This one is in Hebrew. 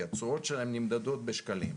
כי התשואות שלהם נמדדות בשקלים.